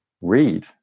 read